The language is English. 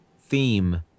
theme